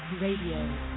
Radio